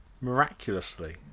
miraculously